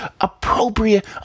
appropriate